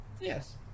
Yes